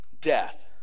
death